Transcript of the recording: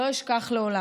לא אשכח לעולם.